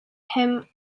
him